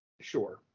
Sure